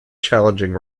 challenging